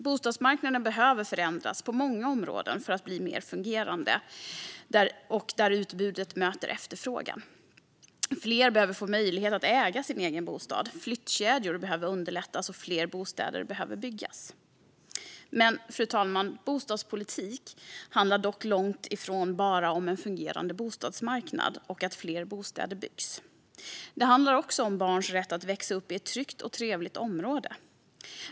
Bostadsmarknaden behöver förändras på många områden för att bli mer fungerande så att utbudet möter efterfrågan. Fler behöver få möjlighet att äga sin bostad, flyttkedjor måste underlättas och fler bostäder behöver byggas. Fru talman! Bostadspolitik handlar dock långt ifrån bara om en fungerande bostadsmarknad och att fler bostäder byggs. Det handlar också om barns rätt att växa upp i ett tryggt och trevligt område.